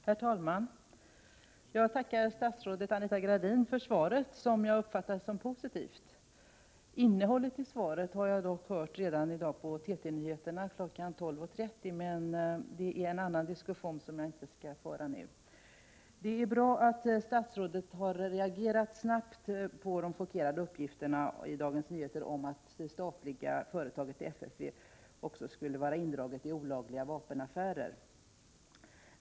Herr talman! Jag tackar statsrådet Anita Gradin för svaret, som jag uppfattar som positivt. Innehållet i svaret har jag dock redan hört i TT-nyheterna 12.30 — men det är en annan diskussion, som jag inte skall ta upp nu. Det är bra att statsrådet har reagerat snabbt på de chockerande uppgifterna i Dagens Nyheter om att det statliga FFV också skulle vara indraget i olagliga vapenaffärer.